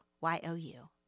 Y-O-U